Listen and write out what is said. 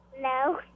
No